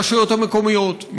הרשויות המקומיות,